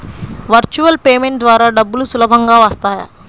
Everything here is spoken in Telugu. వర్చువల్ పేమెంట్ ద్వారా డబ్బులు సులభంగా వస్తాయా?